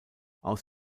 aus